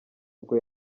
ubwo